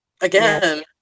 Again